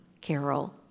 Carol